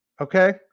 Okay